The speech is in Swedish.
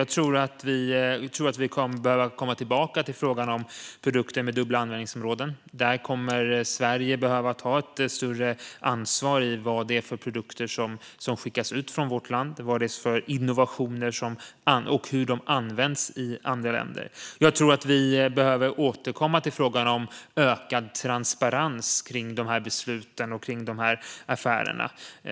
Jag tror att vi kommer att behöva komma tillbaka till frågan om produkter med dubbla användningsområden. Där kommer vi i Sverige att behöva ta ett större ansvar gällande vilka produkter eller innovationer som skickas ut från vårt land och hur de används i andra länder. Jag tror att vi behöver återkomma till frågan om ökad transparens kring dessa beslut och affärer.